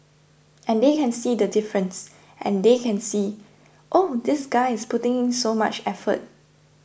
and they can see the difference and they can see oh this guy's putting in so much effort